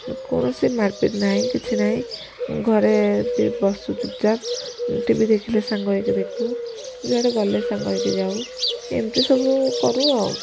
କୌଣସି ମାର ପିଟ୍ ନାହିଁ କିଛି ନାହିଁ ଘରେ ବି ବସୁ ଚୁପ୍ ଚାପ୍ ଟି ଭି ଦେଖିଲେ ସାଙ୍ଗ ହେଇକି ଦେଖୁ ଯୁଆଡ଼େ ଗଲେ ସାଙ୍ଗ ହେଇକି ଯାଉ ଏମତି ସବୁ କରୁ ଆଉ